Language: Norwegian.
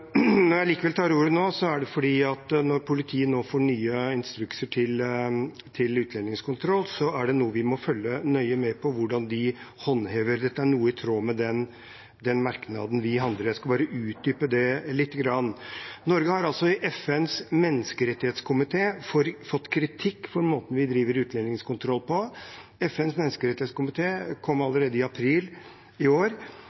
Når jeg likevel tar ordet nå, er det fordi at når politiet nå får ny instruks for utlendingskontroll, må vi følge nøye med på hvordan de håndhever det. Dette er i tråd med den merknaden vi har. Jeg skal bare utdype det litt. Norge har i FNs menneskerettighetskomité fått kritikk for måten vi driver utlendingskontroll på. FNs menneskerettighetskomité kom allerede i april i år